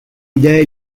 idee